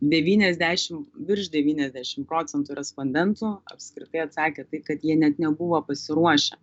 devyniasdešim virš devyniasdešim procentų respondentų apskritai atsakė tai kad jie net nebuvo pasiruošę